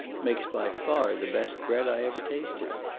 makes by far the best bread i ever tasted.